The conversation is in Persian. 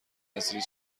نذری